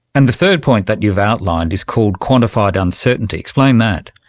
and the third point that you've outlined is called quantified uncertainty. explain that.